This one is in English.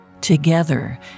Together